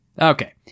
Okay